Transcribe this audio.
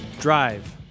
Drive